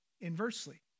Inversely